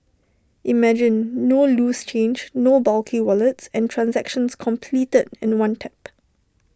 imagine no loose change no bulky wallets and transactions completed in one tap